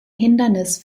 hindernis